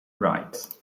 right